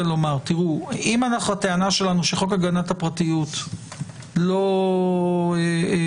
אם אנחנו הטענה שלנו היא שחוק הגנת הפרטיות לא הוא מספק,